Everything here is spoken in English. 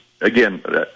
again